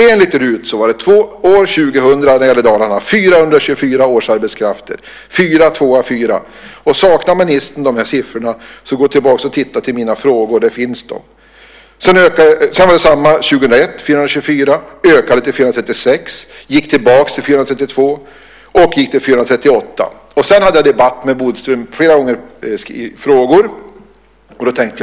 Enligt RUT var det år 2000 i Dalarna 424 årsarbetskrafter. Saknar ministern siffrorna kan han gå tillbaka till frågorna i min interpellation. Där finns de. 2001 var det samma siffra: 424. Året därpå ökade det till 436, sedan gick det tillbaka till 432 och sedan 438. Jag har haft debatt med Bodström om detta och ställt flera frågor.